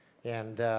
and